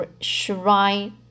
shrine